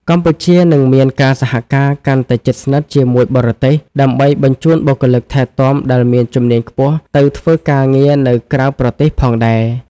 កម្ពុជានឹងមានការសហការកាន់តែជិតស្និទ្ធជាមួយបរទេស ដើម្បីបញ្ជូនបុគ្គលិកថែទាំដែលមានជំនាញខ្ពស់ទៅធ្វើការងារនៅក្រៅប្រទេសផងដែរ។